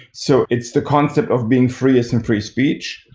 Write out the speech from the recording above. so it's the concept of being free, as in free speech,